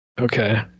okay